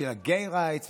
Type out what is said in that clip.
של ה-gay rights,